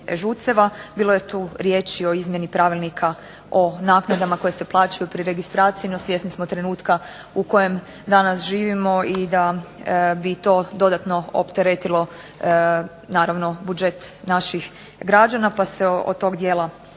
Bilo je tu riječi o izmjeni Pravilnika o naknadama koje se plaćaju pri registraciji. No, svjesni smo trenutka u kojem danas živimo i da bi to dodatno opteretilo, naravno budžet naših građana pa se od tog dijela naravno